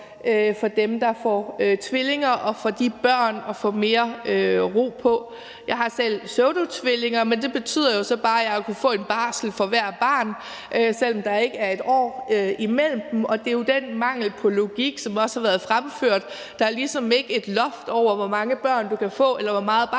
for dem, der får tvillinger, og for de børn at få mere ro på. Jeg har selv pseudotvillinger, men det betyder så bare, at jeg har kunnet få en barsel for hvert barn, selv om der ikke er et år imellem dem, og det er jo den mangel på logik, som også har været fremført. Der er ligesom ikke et loft over, hvor mange børn du kan få, eller hvor meget barsel